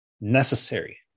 necessary